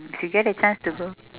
if you get a chance to go